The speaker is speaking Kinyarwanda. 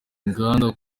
inganda